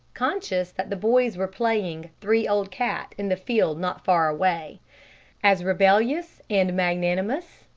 conscious that the boys were playing three old cat in the field not faraway as rebellious and magnanimous,